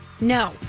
No